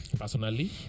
personally